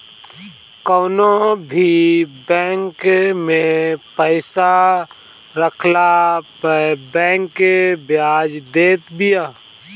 कवनो भी बैंक में पईसा रखला पअ बैंक बियाज देत बिया